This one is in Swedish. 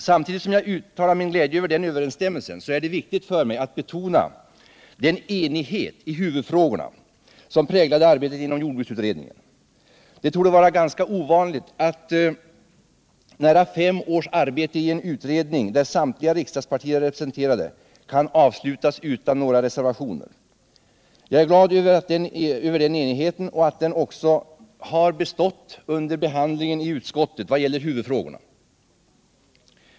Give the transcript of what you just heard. Samtidigt som jag uttalar min glädje över denna överensstämmelse är det viktigt för mig att betona den enighet i huvudfrågorna som präglade arbetet inom jordbruksutredningen. Det torde vara ganska ovanligt att nära fem års arbete i en utredning där samtliga riksdagspartier är representerade kan avslutas utan några reservationer. Jag är glad över att denna enighet också kunnat bestå — vad gäller huvudfrågorna — även under utskottsbehandlingen.